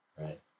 right